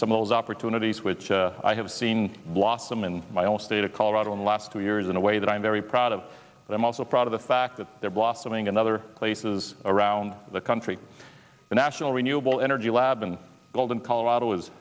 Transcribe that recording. some of those opportunities which i have seen blossom in my own state of colorado in the last two years in a way that i'm very proud of and i'm also proud of the fact that there blossoming and other places around the country the national arena overall energy lab in golden colorado is